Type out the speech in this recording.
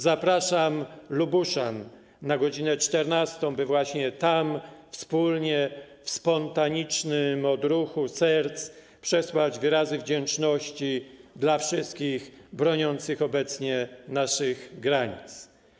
Zapraszam Lubuszan na godz. 14, by właśnie tam wspólnie w spontanicznym odruchu serc przesłać wyrazy wdzięczności dla wszystkich broniących obecnie naszych granic.